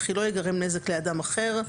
וכי לא ייגרם נזק לאדם אחר,